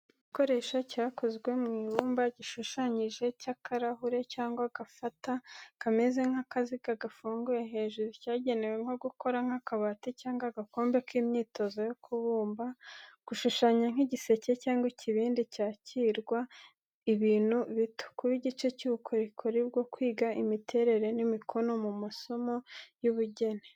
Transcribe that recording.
Igikoresho cyakozwe mu ibumba, gishushanyije nk'akarahure cyangwa agafata kameze nk’akaziga gafunguye hejuru. Cyagenewe nko gukora nk’akabati cyangwa agakombe k’imyitozo yo kubumba. Gushushanya nk'igiseke cyangwa ikibindi cyakirwa ibintu bito. Kuba igice cy’ubukorikori bwo kwiga imiterere n’imikono mu masomo y’ubugeni.